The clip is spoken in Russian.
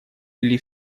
или